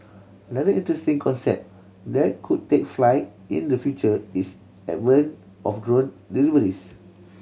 another interesting concept that could take flight in the future is advent of drone deliveries